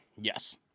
yes